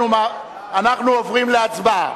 אנחנו עוברים להצבעה.